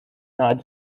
not